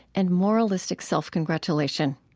and moralistic self-congratulation?